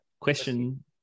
question